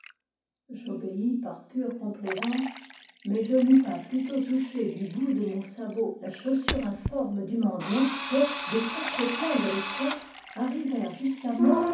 j'obéis par pure complaisance mais je n'eus pas plus tôt touché du bout de mon sabot la chaussure informe du men diant que des quatre coins de l'espace arrivèrent jusqu'à moi